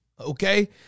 Okay